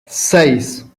seis